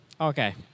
Okay